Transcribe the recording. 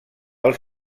els